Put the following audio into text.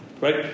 Right